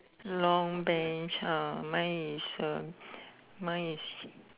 long Bench ah mission miss